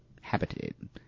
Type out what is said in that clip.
habited